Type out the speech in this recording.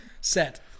set